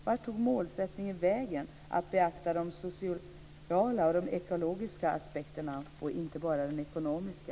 Vart tog målsättningen vägen att beakta de sociala och ekologiska aspekterna och inte bara de ekonomiska?